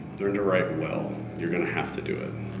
learn to write well. you're gonna have to do it.